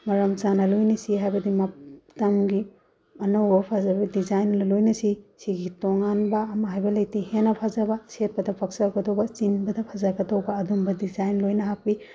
ꯃꯔꯝ ꯆꯥꯅ ꯂꯣꯏꯅ ꯁꯤ ꯍꯥꯏꯕꯗꯤ ꯃꯇꯝꯒꯤ ꯑꯅꯧꯕ ꯐꯖꯕ ꯗꯤꯖꯥꯏꯟ ꯂꯣꯏꯅ ꯁꯤ ꯁꯤꯒꯤ ꯇꯣꯉꯥꯟꯕ ꯑꯃ ꯍꯥꯏꯕ ꯂꯩꯇꯦ ꯍꯦꯟꯅ ꯐꯖꯕ ꯁꯦꯠꯄꯗ ꯄꯛꯆꯕꯗꯨꯕ ꯆꯤꯟꯕꯗ ꯐꯖꯒꯗꯧꯕ ꯑꯗꯨꯝꯕ ꯗꯤꯖꯥꯏꯟ ꯂꯣꯏꯅ ꯍꯥꯞꯄꯤ